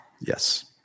Yes